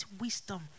wisdom